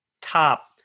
top